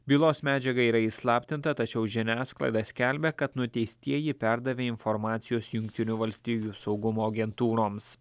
bylos medžiaga yra įslaptinta tačiau žiniasklaida skelbia kad nuteistieji perdavė informacijos jungtinių valstijų saugumo agentūroms